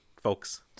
folks